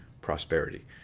prosperity